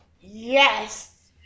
Yes